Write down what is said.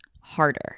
harder